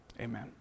Amen